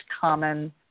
common